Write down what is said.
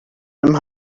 him